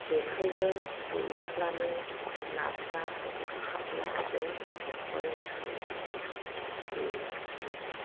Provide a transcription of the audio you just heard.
जेखाइजों गुरनोब्लानो नाफ्रा हाब्ला जों खबाइयाव सोयो बे